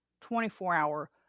24-hour